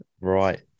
Right